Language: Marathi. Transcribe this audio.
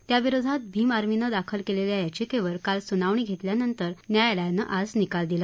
त्याविरोधात भीम आर्मीनं दाखल केलेल्या याचिकेवर काल सुनावणी घेतल्यानंतर न्यायालयानं आज निकाल दिला